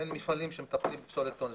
אין מפעלים שמטפלים בפסולת אלקטרונית.